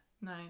No